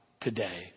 today